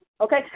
Okay